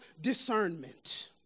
discernment